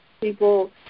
people